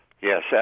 Yes